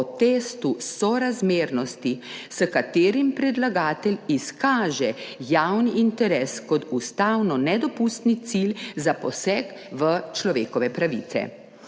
po testu sorazmernosti, s katerim predlagatelj izkaže javni interes kot ustavno nedopustni cilj za poseg v človekove pravice.